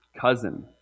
cousin